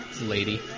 lady